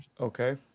Okay